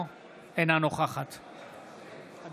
אינה נוכחת נא